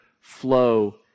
flow